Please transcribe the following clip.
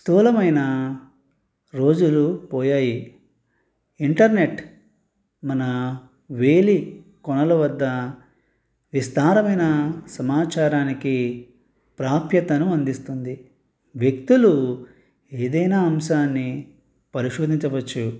స్థూలమైన రోజులు పోయాయి ఇంటర్నెట్ మన వేలి కొనల వద్ద విస్తారమైన సమాచారానికి ప్రాప్యతను అందిస్తుంది వ్యక్తులు ఏదైనా అంశాన్ని పరిశోధించవచ్చు